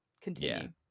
Continue